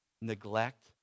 neglect